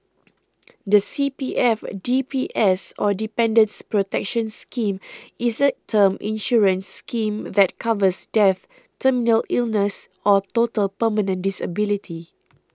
the C P F D P S or Dependants' Protection Scheme is a term insurance scheme that covers death terminal illness or total permanent disability